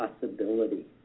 possibility